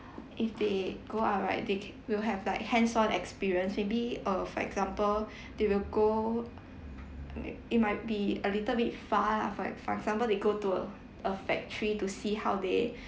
if they go out right they ca~ will have like hands on experience maybe uh for example they will go I mean it might be a little bit far lah for like for example they go to a a factory to see how they